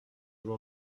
vous